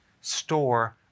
store